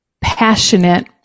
passionate